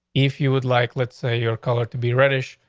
if you would like let's say your color to be reddish,